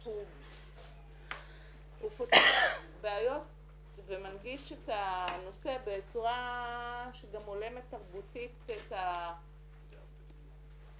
שהוא פותר בעיות ומנגיש את הנושא בצורה שגם הולמת תרבותית את הנושא,